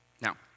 Now